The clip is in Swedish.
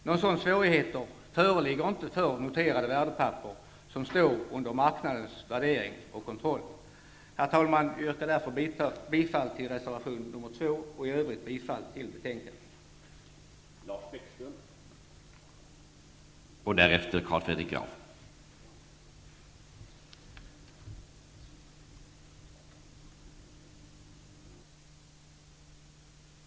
Någon sådan svårighet föreligger inte för noterade värdepapper som står under marknadens värdering och kontroll. Jag yrkar därför bifall till reservation 2. Herr talman! I övrigt yrkar jag bifall till hemställan i betänkandet.